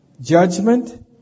Judgment